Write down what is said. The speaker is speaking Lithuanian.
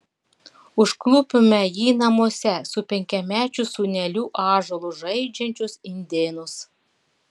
užklupome jį namuose su penkiamečiu sūneliu ąžuolu žaidžiančius indėnus